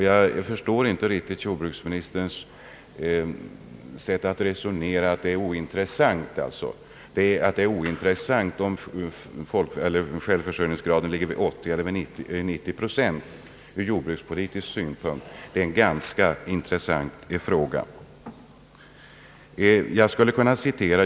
Jag förstår inte jordbruksministerns resonemang att det skulle vara ointressant ur jordbrukspolitisk synpunkt om självförsörjningsgraden ligger vid 80 eller 90 procent. Det är enligt min mening en ganska intressant fråga.